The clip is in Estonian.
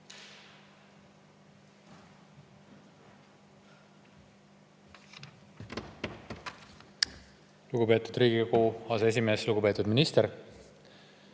Lugupeetud Riigikogu aseesimees! Lugupeetud minister!